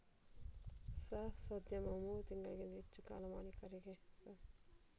ಸಾಹಸೋದ್ಯಮವು ಮೂರು ತಿಂಗಳಿಗಿಂತ ಹೆಚ್ಚು ಕಾಲ ಮಾಲೀಕರಿಗೆ ಸಂಬಳ, ವೇತನ ಅಥವಾ ಯಾವುದೇ ಇತರ ಹಣವನ್ನು ಪಾವತಿಸಿಲ್ಲ